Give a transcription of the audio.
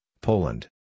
Poland